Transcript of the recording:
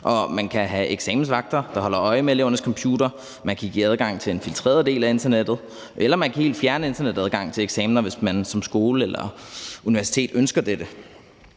Man kan have eksamensvagter, der holder øje med elevernes computere, man kan give adgang til en filtreret del af internettet, eller man kan helt fjerne internetadgang til eksamener, hvis man som skole eller universitet ønsker dette.